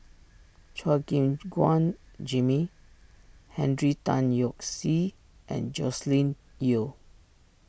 Chua Gim Guan Jimmy Henry Tan Yoke See and Joscelin Yeo